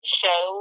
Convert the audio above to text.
show